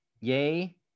Yay